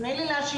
תני לי להשלים.